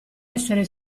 essere